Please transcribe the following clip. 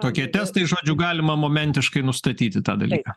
tokie testai žodžiu galima momentiškai nustatyti tą dalyką